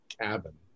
cabin